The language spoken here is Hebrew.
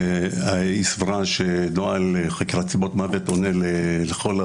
והיא סברה שנוהל חקירת סיבות מוות עונה לכל המקרים.